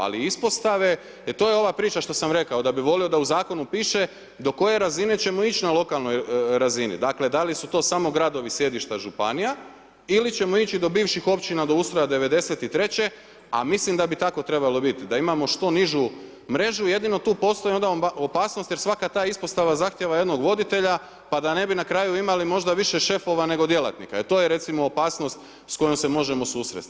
Ali ispostave jer to je ova priča što sam rekao, da bi volio da u zakonu piše do koje razine ćemo ići na lokalnoj razini, dakle da li su to samo gradovi sjedišta županija ili ćemo ići do bivših općina, do ustroja '93. a mislim da bi tako trebalo biti, da imamo što nižu mrežu, jedino tu postoji onda opasnost jer svaka ta ispostava zahtjeva jednog voditelja pa da ne bi na kraju imali možda više šefova nego djelatnika, e to je recimo opasnost s kojom se možemo susrest.